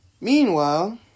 Meanwhile